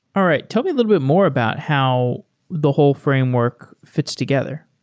all right. tell me a little bit more about how the whole framework fits together.